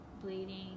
bleeding